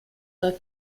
der